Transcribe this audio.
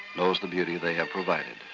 knows the beauty they have provided.